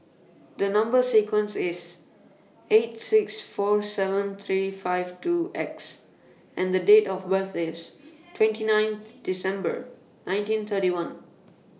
The Number sequence IS T eight six four seven three five two X and The Date of birth IS twenty ninth December nineteen thirty one